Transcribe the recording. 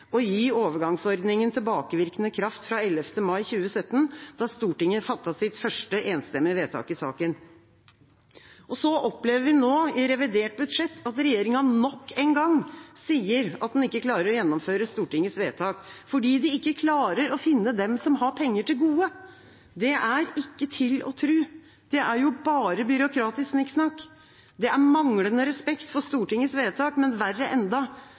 å gi overgangsordningen tilbakevirkende kraft fra 11. mai 2017, da Stortinget fattet sitt første enstemmige vedtak i saken. Så opplever vi nå i revidert nasjonalbudsjett at regjeringa nok en gang sier at den ikke klarer å gjennomføre Stortingets vedtak fordi de ikke klarer å finne dem som har penger til gode! Det er ikke til å tro! Det er jo bare byråkratisk snikksnakk! Det er manglende respekt for Stortingets vedtak, men verre enda: